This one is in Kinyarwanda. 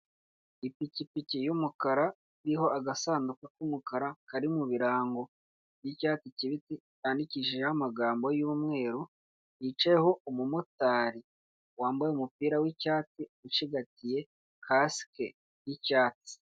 Ipikipiki y'umukara iriho agasanduku k'umukara kari mu birango by'icyatsi kibisi kandikishijeho amagambo y'umweru hicayeho umumotari wambaye umupira w'icyatsi ucigatiye kasike y'icyatsi.